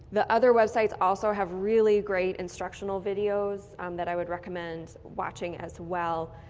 the other websites also have really great instructional videos that i would recommend watching as well.